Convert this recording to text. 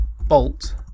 bolt